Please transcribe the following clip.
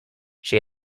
she